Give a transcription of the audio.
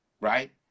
right